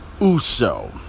Uso